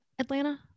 Atlanta